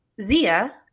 Zia